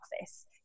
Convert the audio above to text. office